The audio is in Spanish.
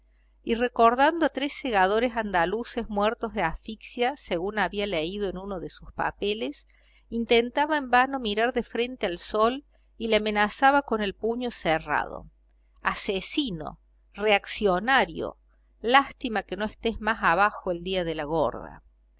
y recordando a tres segadores andaluces muertos de asfixia según había leído en uno de sus papeles intentaba en vano mirar de frente al sol y le amenazaba con el puño cerrado asesino reaccionario lástima que no estés más abajo el día de la gorda